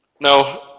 Now